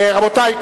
רבותי,